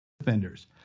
offenders